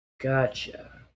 Gotcha